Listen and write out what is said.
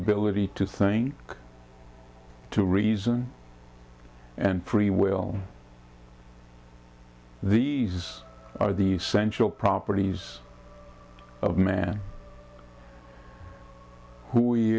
ability to think to reason and free will these are the essential properties of man who